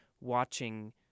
watching